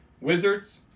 Wizards